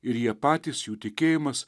ir jie patys jų tikėjimas